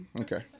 Okay